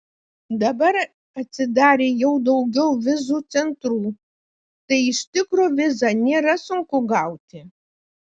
dabar atsidarė jau daugiau vizų centrų tai iš tikro vizą nėra sunku gauti